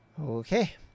Okay